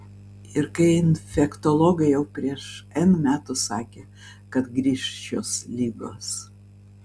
ir kai infektologai jau prieš n metų sakė kad grįš šios ligos